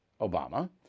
Obama